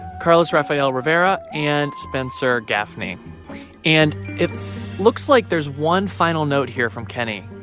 carlos rafael rivera and spencer gaffney and it looks like there's one final note here from kenny.